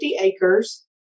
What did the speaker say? acres